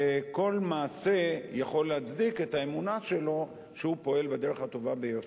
וכל מעשה יכול להצדיק את האמונה שלו שהוא פועל בדרך הטובה שלו.